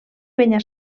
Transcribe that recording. penya